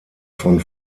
von